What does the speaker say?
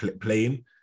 playing